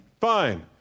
fine